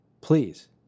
Please